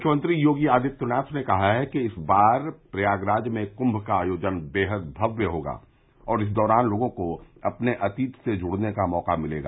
मुख्यमंत्री योगी आदित्यनाथ ने कहा कि इस बार प्रयागराज में कुम्म का आयोजन बेहद भव्य होगा और इस दौरान लोगों को अपने अतीत से जुड़ने का मौका मिलेगा